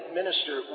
minister